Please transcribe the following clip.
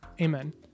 Amen